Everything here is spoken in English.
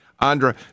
Andra